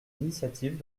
initiatives